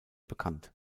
bekannt